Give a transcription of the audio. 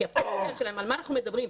כי הפנסיה שלהם על מה אנחנו מדברים?